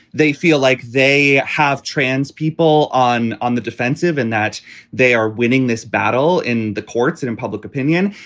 they feel like they have trans people on on the defensive and that they are winning this battle in the courts and in public opinion.